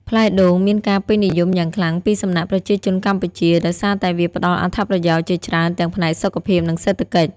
ផ្លែដូងមានការពេញនិយមយ៉ាងខ្លាំងពីសំណាក់ប្រជាជនកម្ពុជាដោយសារតែវាផ្តល់អត្ថប្រយោជន៍ជាច្រើនទាំងផ្នែកសុខភាព និងសេដ្ឋកិច្ច។